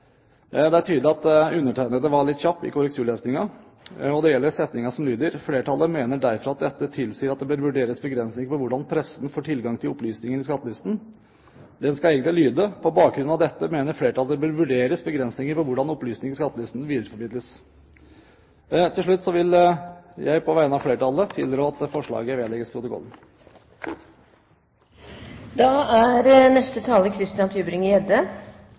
Det er tydelig at undertegnede var litt kjapp med korrekturlesingen. Det gjelder setningen som lyder: «Flertallet mener derfor at dette tilsier at det bør vurderes begrensninger på hvordan pressen får tilgang til opplysningene i skattelistene.» Setningen skal egentlig lyde: «På bakgrunn av dette mener flertallet det bør vurderes begrensninger på hvordan opplysningene i skattelistene videreformidles.» Til slutt vil jeg på vegne av flertallet tilrå at forslaget vedlegges protokollen.